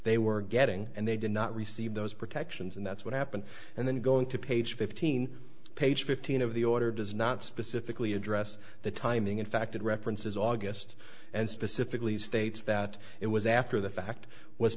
they were getting and they did not receive those protections and that's what happened and then going to page fifteen page fifteen of the order does not specifically address the timing in fact it references august and specifically states that it was after the fact was